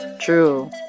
True